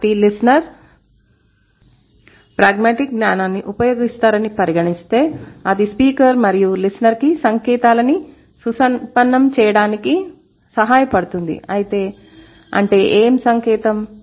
కాబట్టి listener pragmatic జ్ఞానాన్ని ఉపయోగిస్తారని పరిగణిస్తే అది స్పీకర్ మరియు లిసెనర్ కి సంకేతాలని సుసంపన్నం చేయడానికి సహాయపడుతుంది అంటే ఏ సంకేతం